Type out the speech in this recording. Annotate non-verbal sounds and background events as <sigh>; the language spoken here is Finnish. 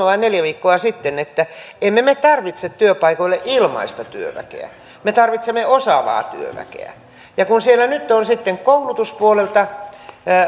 <unintelligible> vai neljä viikkoa sitten että emme me tarvitse työpaikoilla ilmaista työväkeä me tarvitsemme osaavaa työväkeä ja kun siellä nyt on koulutuspuolelta